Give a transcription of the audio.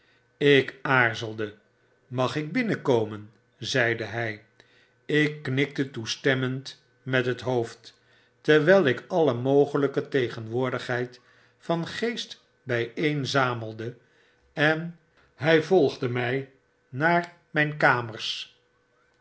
ik aarzelde mag ik binnenkomen zeide hjj ik knikte toestemmend met het hooid terwyl ik alle mogelijke tegenwoordigheid van geest bpenzamelde en hjj volgde my naar mijn kamers